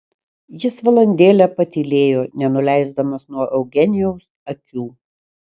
jis valandėlę patylėjo nenuleisdamas nuo eugenijaus akių